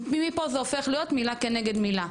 ומפה זה הופך להיות מילה כנגד מילה.